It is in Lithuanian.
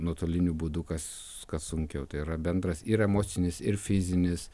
nuotoliniu būdu kas kas sunkiau tai yra bendras ir emocinis ir fizinis